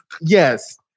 yes